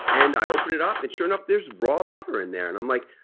and i opened it up and sure enough there's raw butter in there. and i'm like,